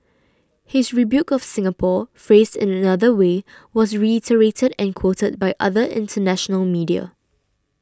his rebuke of Singapore phrased in another way was reiterated and quoted by other international media